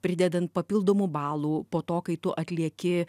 pridedant papildomų balų po to kai tu atlieki